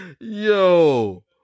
Yo